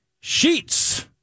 Sheets